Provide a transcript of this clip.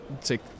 take